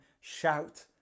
shout